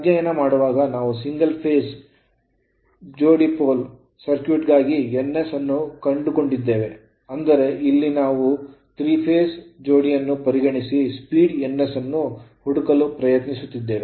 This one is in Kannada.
ಅಧ್ಯಯನ ಮಾಡುವಾಗ ನಾವು single phase ಒಂದೇ ಹಂತದ ಜೋಡಿ ಪೋಲ್ ಸರ್ಕ್ಯೂಟ್ ಗಾಗಿ ns ಅನ್ನು ಕಂಡುಕೊಂಡಿದ್ದೇವೆ ಆದರೆ ಇಲ್ಲಿ ನಾವು 3 phase ಜೋಡಿಯನ್ನು ಪರಿಗಣಿಸಿ ಸ್ಪೀಡ್ ns ಅನ್ನು ಹುಡುಕಲು ಪ್ರಯತ್ನಿಸುತ್ತಿದ್ದೇವೆ